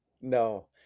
No